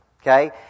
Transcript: okay